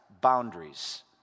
boundaries